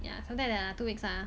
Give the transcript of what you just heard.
ya so that is like two weeks ah